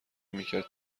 میکرد